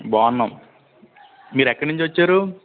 బాగున్నాం మీరేక్కడి నుంచి వచ్చారు